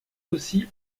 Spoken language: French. aussi